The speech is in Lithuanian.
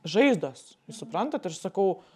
žaizdos suprantat ir sakau